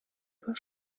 über